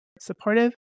supportive